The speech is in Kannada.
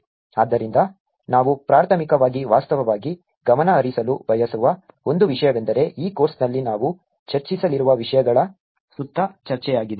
ಆದ್ದರಿಂದ ನಾವು ಪ್ರಾಥಮಿಕವಾಗಿ ವಾಸ್ತವವಾಗಿ ಗಮನಹರಿಸಲು ಬಯಸುವ ಒಂದು ವಿಷಯವೆಂದರೆ ಈ ಕೋರ್ಸ್ನಲ್ಲಿ ನಾವು ಚರ್ಚಿಸಲಿರುವ ವಿಷಯಗಳ ಸುತ್ತ ಚರ್ಚೆಯಾಗಿದೆ